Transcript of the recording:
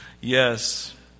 Yes